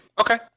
okay